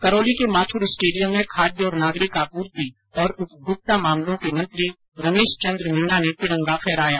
करौली के माथुर स्टेडियम में खाद्य और नागरिक आपूर्ति और उपभोक्ता मामलों के मंत्री रमेश चन्द्र मीणा ने तिरंगा फहराया